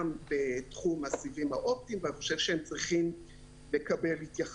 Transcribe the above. בתחום הסיבים האופטיים ואני חושב שהם צריכים לקבל התייחסות.